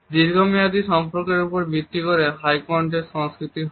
দীর্ঘমেয়াদী সম্পর্কের ওপর ভিত্তি করে হাই কন্টেক্সট সংস্কৃতি হয়